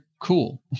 cool